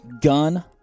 gun